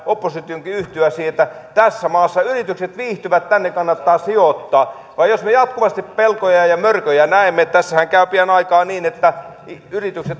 oppositionkin yhtyä siihen että tässä maassa yritykset viihtyvät ja tänne kannattaa sijoittaa jos me jatkuvasti pelkoja ja ja mörköjä näemme tässähän käy pian aikaa niin että yritykset